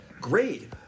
Great